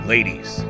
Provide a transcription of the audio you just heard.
Ladies